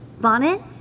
bonnet